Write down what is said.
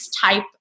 type